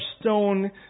stone